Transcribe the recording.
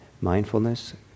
mindfulness